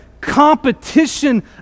competition